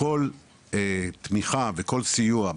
בכל תמיכה וכל סיוע,